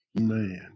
Man